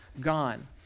gone